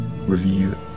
review